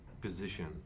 position